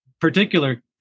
particular